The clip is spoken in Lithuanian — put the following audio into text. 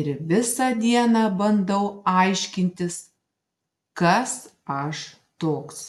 ir visą dieną bandau aiškintis kas aš toks